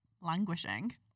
Languishing